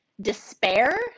despair